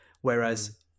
Whereas